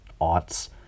aughts